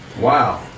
Wow